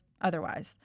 otherwise